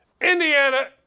Indiana